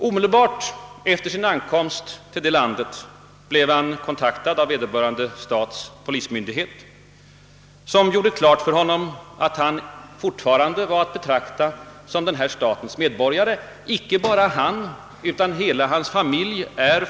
Omedelbart efter sin ankomst dit blev han kontaktad av vederbörande stats polismyndighet, som gjorde klart för honom att han fortfarande var att betrakta som denna stats medborgare — och icke bara han utan hela hans familj.